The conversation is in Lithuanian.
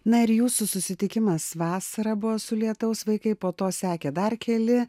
na ir jūsų susitikimas vasarą buvo su lietaus vaikai po to sekė dar keli